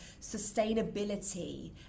sustainability